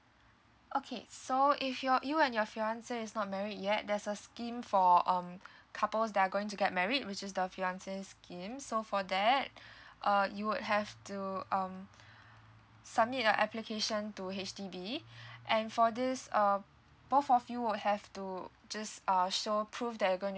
okay so if your you and your fiance is not married yet there's a scheme for um couples that are going to get married which is the fiance scheme so for that uh you would have to um submit a application to H_D_B and for this um both of you will have to just uh show prove that you're going